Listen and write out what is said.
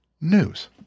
news